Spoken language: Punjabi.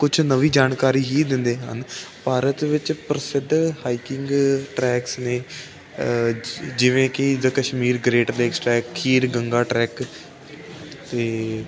ਕੁਛ ਨਵੀਂ ਜਾਣਕਾਰੀ ਹੀ ਦਿੰਦੇ ਹਨ ਭਾਰਤ ਵਿੱਚ ਪ੍ਰਸਿੱਧ ਹਾਈਕਿੰਗ ਟਰੈਕਸ ਨੇ ਜਿਵੇਂ ਕਿ ਜਿੱਦਾਂ Kashmir great lakes trek Kheer Ganga trek ਅਤੇ